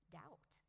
doubt